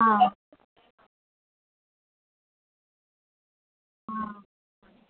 हां